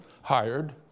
hired